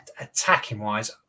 attacking-wise